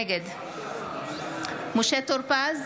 נגד משה טור פז,